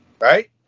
Right